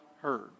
heard